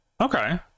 Okay